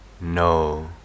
No